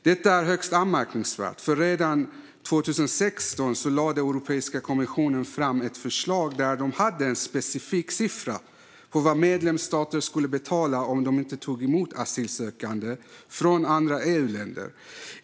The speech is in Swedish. Detta är högst anmärkningsvärt, för redan 2016 lade Europeiska kommissionen fram ett förslag med en specifik siffra för vad medlemsstater skulle betala om de inte tog emot asylsökande från andra EU-länder.